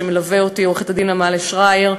שמלווה אותי: עורכת-הדין עמליה שרייר,